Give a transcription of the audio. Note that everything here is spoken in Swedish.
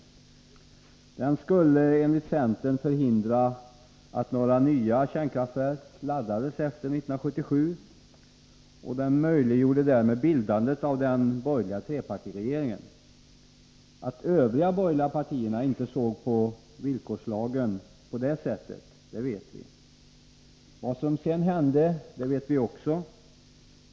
Villkorslagen skulle enligt centern förhindra att några nya kärnkraftverk laddades efter 1977 och möjliggjorde därmed bildandet av den borgerliga trepartiregeringen. Att övriga borgerliga partier inte såg villkorslagen på det sättet vet vi. Vad som sedan hände vet vi också.